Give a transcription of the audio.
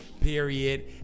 period